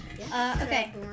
Okay